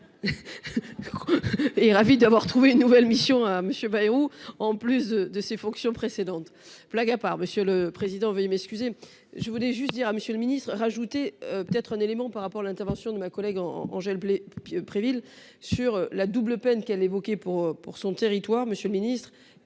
Est ravi d'avoir trouvé une nouvelle mission à monsieur Bayrou. En plus de ses fonctions précédentes blague à part, Monsieur le Président, veuillez m'excuser, je voulais juste dire à Monsieur le Ministre rajouter peut être un élément par rapport à l'intervention de ma collègue Angel. Préville sur la double peine qu'elle évoquait pour pour son territoire, Monsieur le Ministre.